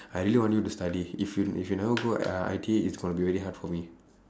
I really want you to study if you if you never go uh I_T_E it's going to be very hard for me